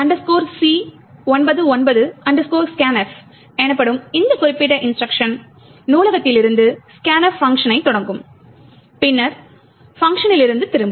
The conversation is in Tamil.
iso c99 scanf எனப்படும் இந்த குறிப்பிட்ட இன்ஸ்ட்ருக்ஷன் நூலகத்திலிருந்து scanf பங்க்ஷனைத் தொடங்கும் பின்னர் பங்க்ஷனிலிருந்து திரும்பும்